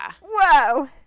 Whoa